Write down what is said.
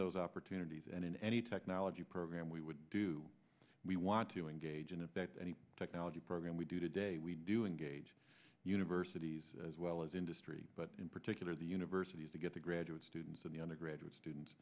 those opportunities and in any technology program we would do we want to engage in a bet any technology program we do today we do engage universities as well as industry but in particular the universities to get to graduate students and the undergraduate students